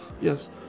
Yes